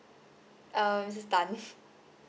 uh missus tan